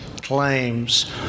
claims